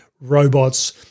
robots